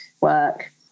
work